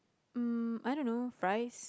um I don't know fries